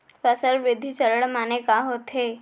फसल वृद्धि चरण माने का होथे?